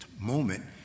moment